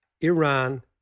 Iran